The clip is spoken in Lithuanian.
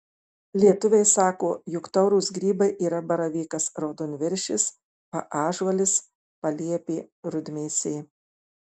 lietuviai sako jog taurūs grybai yra baravykas raudonviršis paąžuolis paliepė rudmėsė